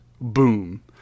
boom